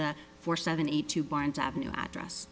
the four seventy two barnes avenue address